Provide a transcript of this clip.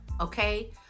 okay